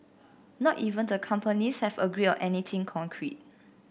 not even the companies have agreed on anything concrete